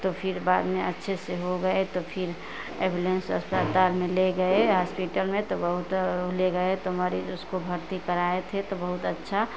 तो फिर बाद में अच्छे से हो गये तो फिर एंबुलेंस अस्पताल में ले गये हॉस्पिटल में ले गये तो मरीज उसको भर्ती कराए थे तो बहुत अच्छा